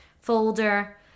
folder